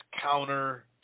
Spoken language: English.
counter